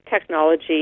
technology